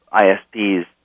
ISPs